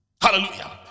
hallelujah